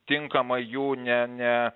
tinkamai jų ne ne